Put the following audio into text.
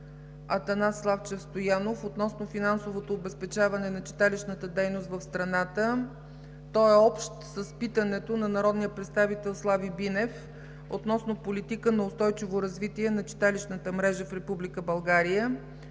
Атанас Славчев Стоянов относно финансовото обезпечаване на читалищната дейност в страната. Той е общ с питането на народния представител Слави Бинев, относно политика на устойчиво развитие на читалищната мрежа в Република България.